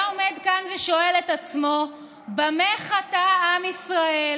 הוא היה עומד כאן ושואל את עצמו במה חטא עם ישראל